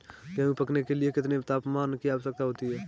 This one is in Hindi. गेहूँ पकने के लिए कितने तापमान की आवश्यकता होती है?